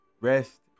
Rest